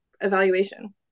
evaluation